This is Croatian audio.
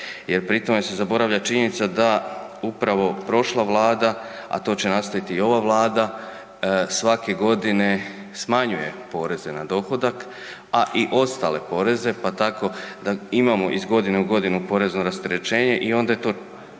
pri tome se zaboravlja činjenica da upravo prošla vlada, a to će nastaviti i ova vlada, svake godine smanjuje poreze na dohodak, a i ostale poreze, pa tako imamo iz godine u godinu porezno rasterećenje i onda je to